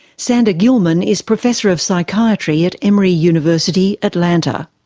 sander gilman is professor of psychiatry at emory university, atlanta.